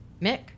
Mick